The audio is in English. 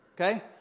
Okay